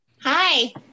Hi